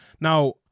Now